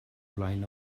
flaen